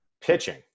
pitching